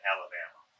Alabama